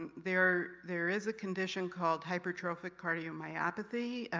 and there there is a condition called hypertrophic cardiomyopathy,